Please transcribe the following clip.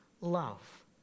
love